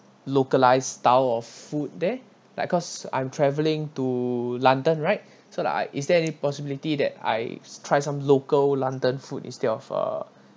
localized style of food there like cause I'm travelling to london right so like is there any possibility that I try some local london food instead of uh